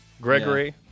Gregory